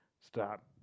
Stop